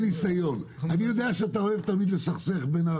אני יודע שאתה אוהב תמיד לסכסך בינינו